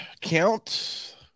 count